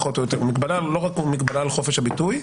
בגלל כל מיני פרשנויות וביקורות שהיו בעבר.